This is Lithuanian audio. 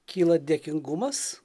kyla dėkingumas